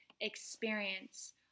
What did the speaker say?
experience